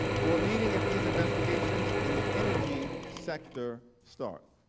for a meeting of these investigations and the energy sector start's.